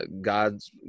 God's